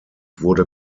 wurde